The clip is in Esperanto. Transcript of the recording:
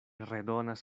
redonas